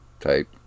type